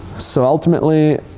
so ultimately,